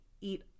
eat